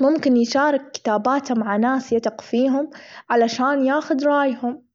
ممكن يشارك كتاباته مع ناس يثق فيهم علشان يأخذ رأيهم.